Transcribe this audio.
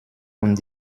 und